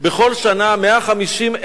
בכל שנה 150,000